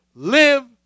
Live